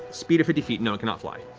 speed of fifty feet. no, it cannot fly.